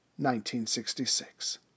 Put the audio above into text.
1966